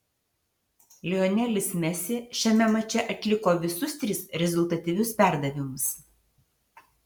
lionelis messi šiame mače atliko visus tris rezultatyvius perdavimus